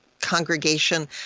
congregation